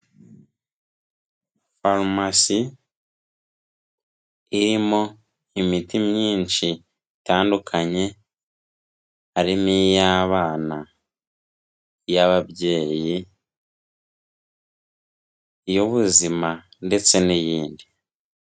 Farumasi irimo imiti myinshi itandukanye, hari n'iy'abana, iy'ababyeyi, iy'ubuzima ndetse n'iyindi.